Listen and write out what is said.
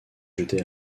jeté